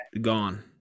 gone